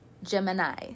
gemini